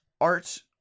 art